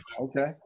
okay